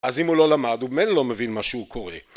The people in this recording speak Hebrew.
אז אם הוא לא למד, הוא במילא לא מבין מה שהוא קורא.